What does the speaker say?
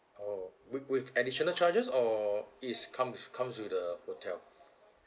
oh with with additional charges or it is comes comes with the hotel